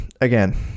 again